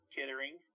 Kittering